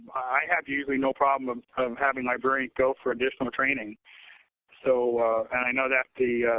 have usually no problem of having librarians go for additional training so and i know that's the